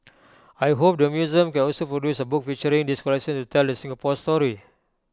I hope the museum can also produce A book featuring this collection to tell the Singapore story